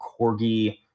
Corgi